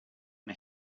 una